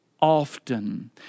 often